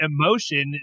emotion